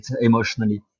emotionally